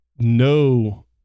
no